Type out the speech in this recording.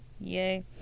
yay